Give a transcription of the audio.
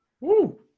Woo